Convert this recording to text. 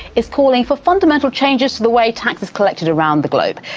is calling for fundamental changes to the way tax is collected around the globe.